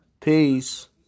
Peace